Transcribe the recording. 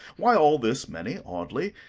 why, all this many, audley,